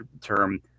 term